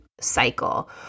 cycle